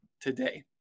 today